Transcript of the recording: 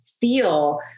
feel